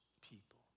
people